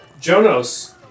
Jonos